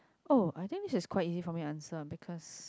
oh I think this is quite easy for me to answer because